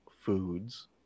foods